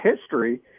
history